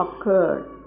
occurred